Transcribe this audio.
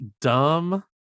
Dumb